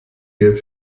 geld